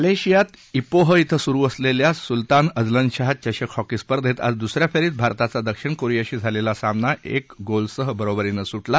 मलेशियात पीह क्षे सुरू असलेल्या सुल्तान अझलन शाह चषक हॉकी स्पर्धेत आज दुसऱ्या फेरीत भारताचा दक्षिण कोरियाशी झालेला सामना एक गोलासह बरोबरीनं सुटला